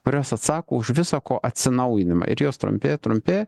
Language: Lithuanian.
kurios atsako už visa ko atsinaujinimą ir jos trumpėja trumpėja